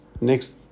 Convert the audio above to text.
next